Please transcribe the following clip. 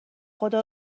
خدا